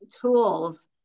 tools